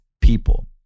people